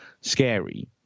scary